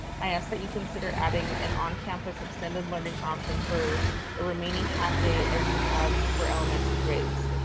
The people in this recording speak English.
i ask that you consider adding an on campus extended learning option for the remaining half day as you have for elementary grades.